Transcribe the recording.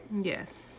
Yes